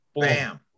bam